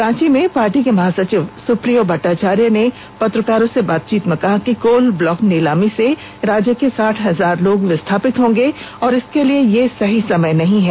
रांची में पार्टी के महासचिव सुप्रियो भट्टाचार्य ने पत्रकारों से बातचीत करते हुए कहा कि कोल ब्लॉक नीलामी से राज्य के साठ हजार लोग विस्थापित होंगे और इसके लिए यह सही समय नहीं है